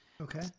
Okay